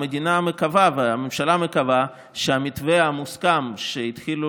המדינה מקווה והממשלה מקווה שהמתווה המוסכם שהתחילו